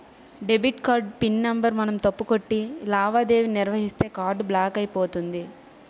debit card pin number మనం తప్పు కొట్టి లావాదేవీ నిర్వహిస్తే కార్డు బ్లాక్ అయిపోతుంది